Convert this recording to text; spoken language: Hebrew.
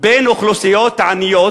בין האוכלוסיות העניות